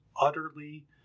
utterly